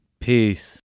Peace